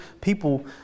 people